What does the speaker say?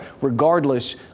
regardless